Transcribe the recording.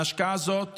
ההשקעה הזאת